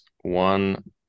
one